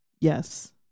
Yes